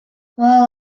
well